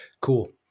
cool